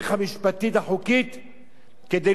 כדי לבלום את גל ההרס